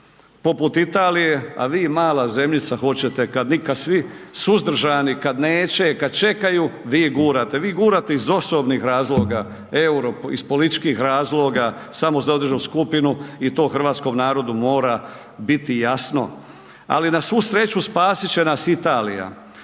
poput Italije a vi mala zemljica hoćete kad svi suzdržani, kad neće, kad čekaju, vi gurate, vi gurate iz osobnih razloga euro, iz političkih razloga samo za određenu skupinu i to hrvatskom narodu biti jasno. Ali na svu sreću, spasit će nas Italija,